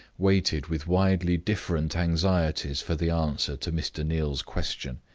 waited with widely different anxieties for the answer to mr. neal's question.